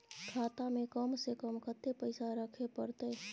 खाता में कम से कम कत्ते पैसा रखे परतै?